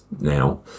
now